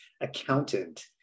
accountant